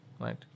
right